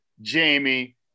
Jamie